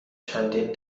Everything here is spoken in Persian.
چندین